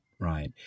right